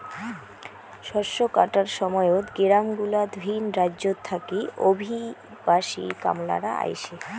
শস্য কাটার সময়ত গেরামগুলাত ভিন রাজ্যত থাকি অভিবাসী কামলারা আইসে